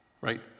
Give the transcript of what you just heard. right